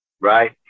right